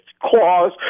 clause